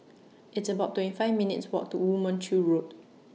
It's about twenty five minutes' Walk to Woo Mon Chew Road